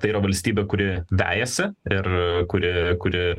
tai yra valstybė kuri vejasi ir kuri kuri